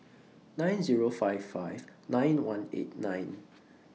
nine Zero five five nine one eight nine